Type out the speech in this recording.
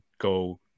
go